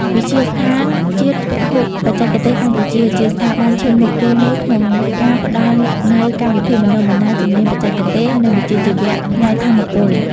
វិទ្យាស្ថានជាតិពហុបច្ចេកទេសកម្ពុជា ជាស្ថាប័នឈានមុខគេមួយក្នុងការផ្តល់នូវ កម្មវិធីបណ្តុះបណ្តាលជំនាញបច្ចេកទេស និងវិជ្ជាជីវៈផ្នែកថាមពល។